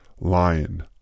Lion